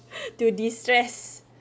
to destress